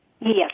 Yes